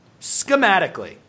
Schematically